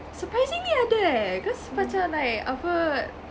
suprisingly ada eh cause macam like apa